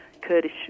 Kurdish